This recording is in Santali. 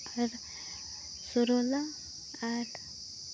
ᱟᱨ ᱥᱚᱨᱚᱞᱟ ᱟᱨ